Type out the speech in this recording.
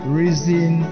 reason